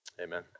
amen